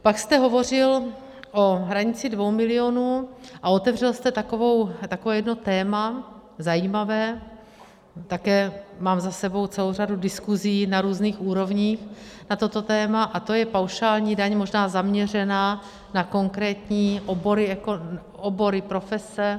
Pak jste hovořil o hranici 2 milionů a otevřel jste takové jedno téma zajímavé, také mám za sebou celou řadu diskuzí na různých úrovní na toto téma, a to je paušální daň, možná zaměřená na konkrétní obory, profese.